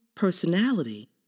Personality